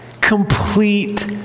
Complete